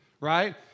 right